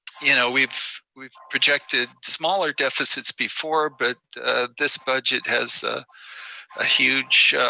you know we've we've projected smaller deficits before, but this budget has a huge,